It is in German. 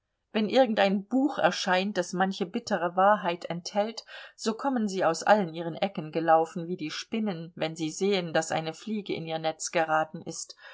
wenn irgendein buch erscheint das manche bittere wahrheit enthält so kommen sie aus allen ihren ecken gelaufen wie die spinnen wenn sie sehen daß eine fliege in ihr netz geraten ist